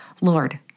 Lord